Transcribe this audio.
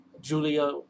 Julia